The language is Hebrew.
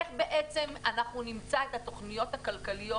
איך בעצם אנחנו נמצא את התוכניות הכלכליות